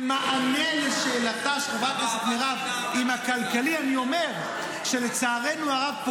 במענה לשאלתה של חברת הכנסת מירב עם הכלכלי אני אומר שלצערנו הרב,